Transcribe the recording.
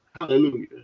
Hallelujah